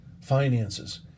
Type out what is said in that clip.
finances